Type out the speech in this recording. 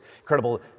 incredible